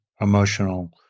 emotional